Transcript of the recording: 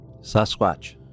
Sasquatch